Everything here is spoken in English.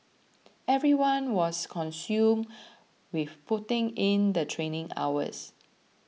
everyone was consumed with putting in the training hours